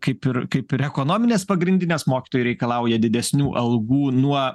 kaip ir kaip ir ekonominės pagrindinės mokytojai reikalauja didesnių algų nuo